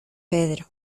pedro